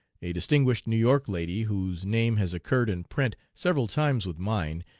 a distinguished new york lady, whose name has occurred in print several times with mine,